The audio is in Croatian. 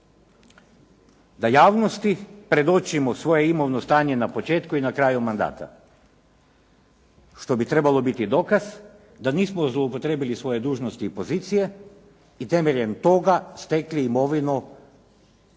Da javnosti predočimo svoje imovno stanje na početku i na kraju mandata. Što bi trebalo biti dokaz da nismo zloupotrijebili svoje dužnosti i pozicije i temeljem toga stekli imovinu